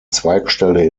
zweigstelle